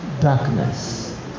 darkness